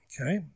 Okay